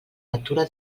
natura